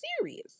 serious